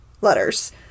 letters